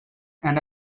and